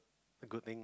a good thing